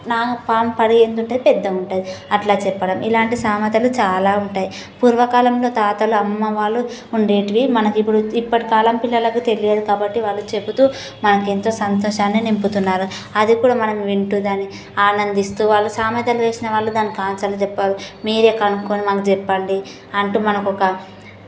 నాగు పాము పడగ ఎంత ఉంటుంది పెద్దది ఉంటుంది అట్లా చెప్పడం ఇలాంటి సామెతలు చాలా ఉంటాయి పూర్వకాలంలో తాతలు అమ్మ వాళ్ళు ఉండేటివి మనకు ఇప్పుడు ఇప్పటికాలం పిల్లలకు తెలియదు కాబట్టి వాళ్ళు చెబుతూ మనకు ఎంతో సంతోషాన్ని నింపుతున్నారు అది కూడా మనం వింటుందని ఆనందిస్తూ వాళ్ళు సామెతలు వేసిన వాళ్ళు దానికి ఆన్సర్ చెప్పరు మీరే కనుక్కోండి మాకు చెప్పండి అంటూ మనకు ఒక